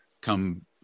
Come